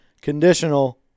conditional